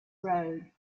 road